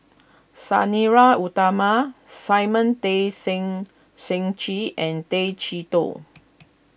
Sang Nila Utama Simon Tay Seng Seng Chee and Tay Chee Toh